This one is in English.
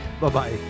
Bye-bye